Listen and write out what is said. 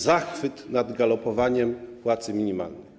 Zachwyt nad galopowaniem płacy minimalnej.